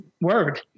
word